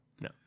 no